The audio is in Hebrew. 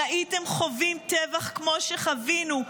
אם הייתם חווים טבח כמו שחווינו,